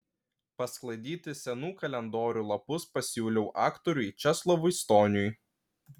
pasklaidyti senų kalendorių lapus pasiūliau aktoriui česlovui stoniui